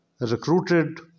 recruited